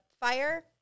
fire